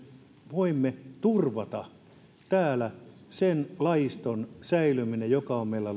voimme turvata täällä sen lajiston säilymisen joka on meillä